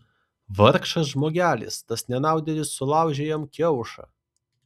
vargšas žmogelis tas nenaudėlis sulaužė jam kiaušą